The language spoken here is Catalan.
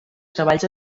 treballs